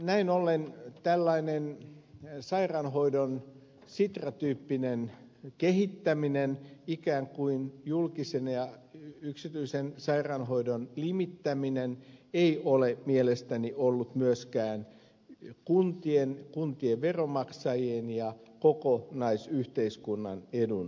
näin ollen tällainen sairaanhoidon sitra tyyppinen kehittäminen ikään kuin julkisen ja yksityisen sairaanhoidon limittäminen ei ole mielestäni ollut myöskään kuntien kuntien veronmaksajien ja kokonaisuudessaan yhteiskunnan edun mukaista